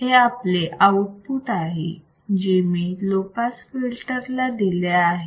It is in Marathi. हे आपले आउटपुट आहे जे मी लो पास फिल्टर ला दिले आहे